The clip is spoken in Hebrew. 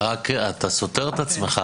אתה סותר את עצמך,